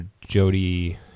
jody